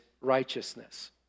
righteousness